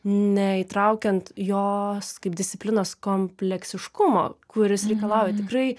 neįtraukiant jos kaip disciplinos kompleksiškumo kuris reikalauja tikrai